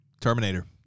Terminator